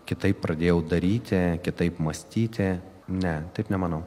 kitaip pradėjau daryti kitaip mąstyti ne taip nemanau